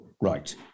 Right